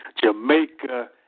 Jamaica